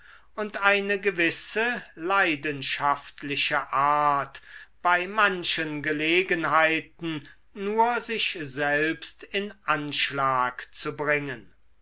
und eine gewisse leidenschaftliche art bei manchen gelegenheiten nur sich selbst in anschlag zu bringen